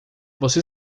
você